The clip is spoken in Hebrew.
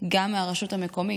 גם מהרשות המקומית.